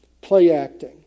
play-acting